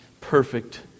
perfect